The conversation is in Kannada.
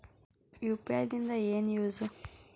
ಯು.ಪಿ.ಐ ದಿಂದ ಏನು ಯೂಸ್?